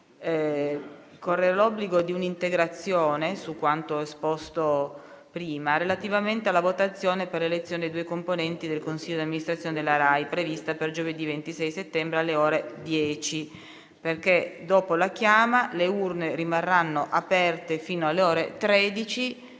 Corre l'obbligo di un'integrazione su quanto esposto prima, relativamente alla votazione per l'elezione di due componenti del consiglio di amministrazione della RAI, prevista per giovedì 26 settembre, alle ore 10: dopo la chiama, le urne rimarranno aperte fino alle ore 13.